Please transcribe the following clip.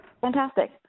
Fantastic